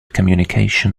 communication